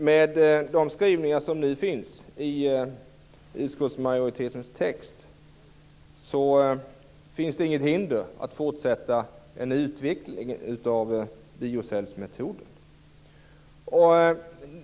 Med de skrivningar som nu finns i utskottsmajoritetens text finns det inget som hindrar en fortsatt utveckling av biocellmetoden.